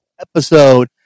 episode